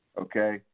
Okay